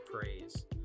praise